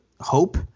hope